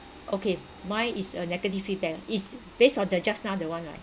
okay mine is a negative feedback ah it's based on the just now that one right